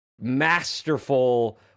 masterful